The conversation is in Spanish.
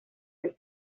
del